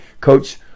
coach